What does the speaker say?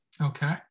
Okay